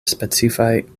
specifaj